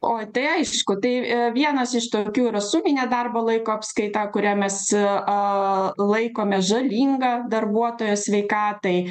o tai aišku tai e vienas iš tokių yra suminė darbo laiko apskaita kurią mes a a laikome žalinga darbuotojo sveikatai